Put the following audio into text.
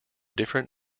different